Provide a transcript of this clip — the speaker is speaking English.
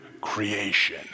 creation